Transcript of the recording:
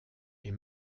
est